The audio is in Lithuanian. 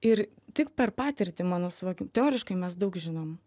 ir tik per patirtį mano suvokimu teoriškai mes daug žinom